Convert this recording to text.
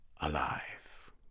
alive